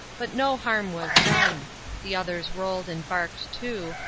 but no harm was done the others rolled and barked too,